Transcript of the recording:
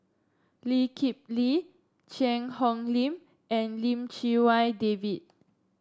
Lee Kip Lee Cheang Hong Lim and Lim Chee Wai David